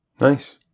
Nice